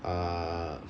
uh